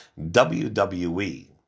WWE